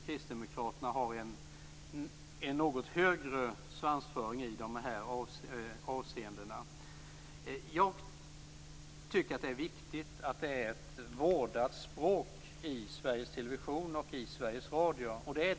Kristdemokraterna har en något högre svansföring i de avseendena. Det är viktigt att det finns ett vårdat språk i Sveriges Television och Sveriges Radio.